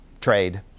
trade